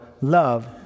Love